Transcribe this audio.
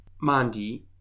Mandy